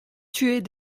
tuer